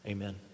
Amen